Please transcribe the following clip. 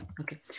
Okay